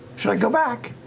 should i go back?